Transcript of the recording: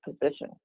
position